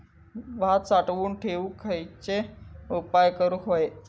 भात साठवून ठेवूक खयचे उपाय करूक व्हये?